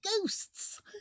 ghosts